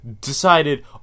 decided